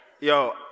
Yo